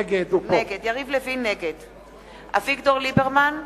נגד אביגדור ליברמן,